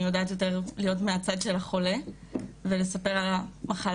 אני יודעת להיות יותר מהצד של החולה ולספר על המחלה.